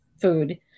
food